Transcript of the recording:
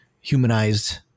humanized